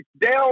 down